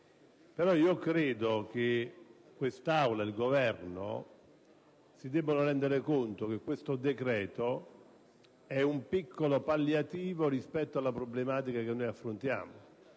però, io credo che quest'Aula e il Governo si debbano rendere conto che questo decreto è un piccolo palliativo rispetto alla problematica che affrontiamo,